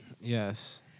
Yes